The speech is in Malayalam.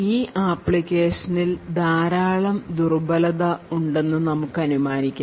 ഈ അപ്ലിക്കേഷനിൽ ധാരാളം ദുർബലത ഉണ്ടെന്ന് നമുക്ക് അനുമാനിക്കാം